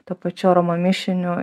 tuo pačiu aroma mišiniu